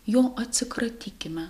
jo atsikratykime